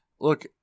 look